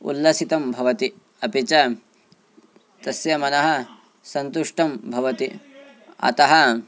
उल्लसितं भवति अपि च तस्य मनः सन्तुष्टं भवति अतः